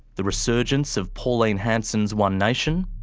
the resurgence of pauline hanson's one nation,